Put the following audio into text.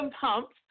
Pumps